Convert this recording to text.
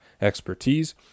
expertise